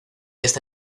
esta